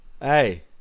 Hey